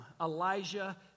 Elijah